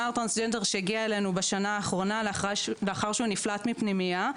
נער טרנסג'נדר שהגיע אלינו בשנה האחרונה לאחר שהוא נפלט מפנימייה,